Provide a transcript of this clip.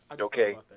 Okay